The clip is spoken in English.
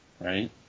Right